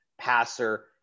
passer